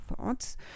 thoughts